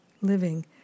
living